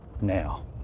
now